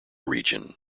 region